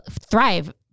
thrive